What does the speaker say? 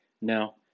Now